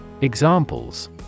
Examples